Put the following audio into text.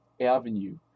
avenue